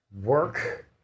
Work